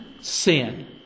sin